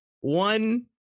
one